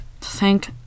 Thank